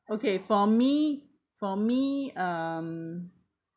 okay for me for me um